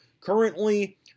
currently